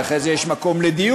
ואחרי זה יש מקום לדיון.